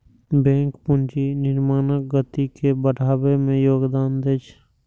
bank पूंजी निर्माणक गति के बढ़बै मे योगदान दै छै